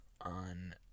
on